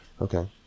Okay